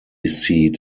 seat